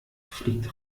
fliegt